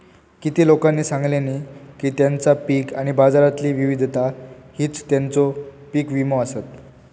किती लोकांनी सांगल्यानी की तेंचा पीक आणि बाजारातली विविधता हीच तेंचो पीक विमो आसत